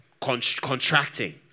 Contracting